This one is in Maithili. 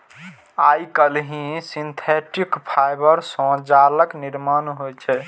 आइकाल्हि सिंथेटिक फाइबर सं जालक निर्माण होइ छै